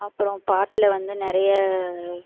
அப்புறம் பாட்டில் வந்து நிறைய